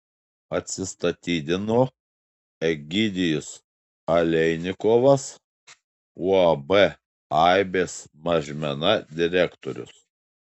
atsistatydino egidijus aleinikovas uab aibės mažmena direktorius